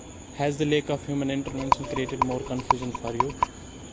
has the lack of human intervention created more confusion for you